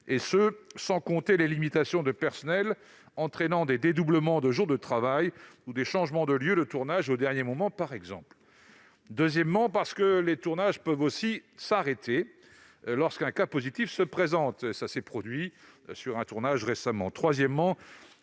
sans compter les limitations de personnel, entraînant des dédoublements de jours de travail ou des changements de lieu de tournage au dernier moment, par exemple. Deuxièmement, parce que les tournages peuvent aussi s'arrêter lorsqu'un cas positif se présente, ce qui s'est produit sur un tournage récemment.